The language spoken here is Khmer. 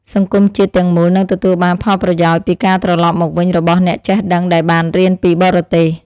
សង្គមជាតិទាំងមូលនឹងទទួលបានផលប្រយោជន៍ពីការត្រឡប់មកវិញរបស់អ្នកចេះដឹងដែលបានរៀនពីបរទេស។